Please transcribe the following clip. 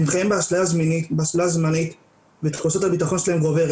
הם חיים באשליה זמנית ותחושת הביטחון שלהם גוברת